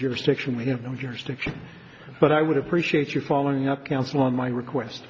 jurisdiction we have no jurisdiction but i would appreciate you following up counsel on my request